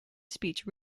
speech